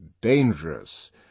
dangerous